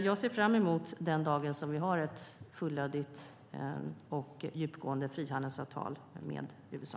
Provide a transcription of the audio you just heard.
Jag ser fram emot den dag då vi har ett fullödigt och djupgående frihandelsavtal med USA.